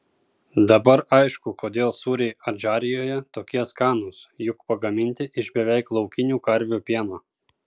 dabar aišku kodėl sūriai adžarijoje tokie skanūs juk pagaminti iš beveik laukinių karvių pieno